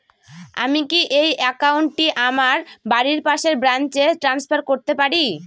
আমি কি এই একাউন্ট টি আমার বাড়ির পাশের ব্রাঞ্চে ট্রান্সফার করতে পারি?